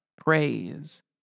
praise